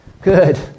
Good